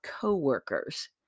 coworkers